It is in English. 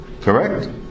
Correct